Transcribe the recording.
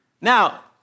Now